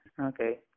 Okay